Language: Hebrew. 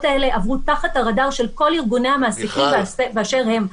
האלה עברו תחת הרדאר של כל ארגוני המעסיקים באשר הם -- מיכל.